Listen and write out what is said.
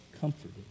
comforted